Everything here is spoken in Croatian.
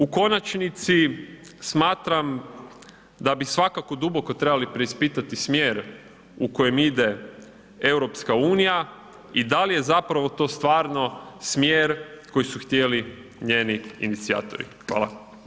U konačnici, smatram da bi svakako duboko trebali preispitati smjer u kojem ide EU i da li je zapravo to stvarno smjer koji su htjeli njeni inicijatori, hvala.